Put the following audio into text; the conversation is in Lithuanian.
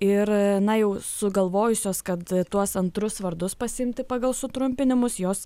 ir na jau sugalvojusios kad tuos antrus vardus pasiimti pagal sutrumpinimus jos